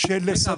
לסדר --- אבל,